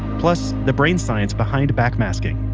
plus, the brain science behind backmasking.